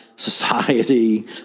society